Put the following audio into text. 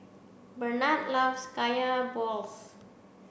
Bernard loves kaya balls